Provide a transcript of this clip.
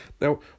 Now